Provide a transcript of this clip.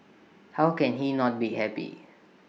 how can he not be happy